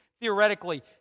theoretically